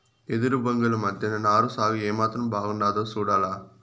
ఎదురు బొంగుల మద్దెన నారు సాగు ఏమాత్రం బాగుండాదో సూడాల